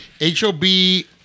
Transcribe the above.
H-O-B